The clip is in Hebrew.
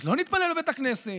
אז לא נתפלל בבית הכנסת,